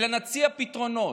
אלא נציע פתרונות.